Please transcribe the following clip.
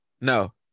No